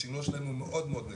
השינוע שלהם הוא מאוד מאוד יקר.